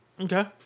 Okay